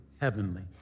heavenly